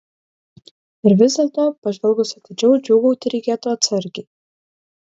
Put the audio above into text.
ir vis dėlto pažvelgus atidžiau džiūgauti reikėtų atsargiai